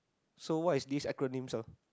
so what's this acronym of